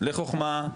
לחוכמה,